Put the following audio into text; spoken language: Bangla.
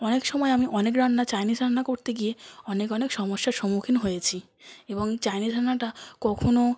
অনেক সময় আমি অনেক রান্না চাইনিজ রান্না করতে গিয়ে অনেক অনেক সমস্যার সম্মুখীন হয়েছি এবং চাইনিজ রান্নাটা কখনও